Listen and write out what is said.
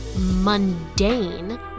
mundane